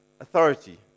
authority